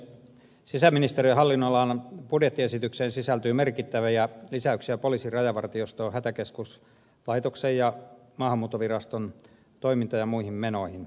sisäministeriön hallinnonalan budjettiesitykseen sisältyy merkittäviä lisäyksiä poliisin rajavartioston hätäkeskuslaitoksen ja maahanmuuttoviraston toiminta ja muihin menoihin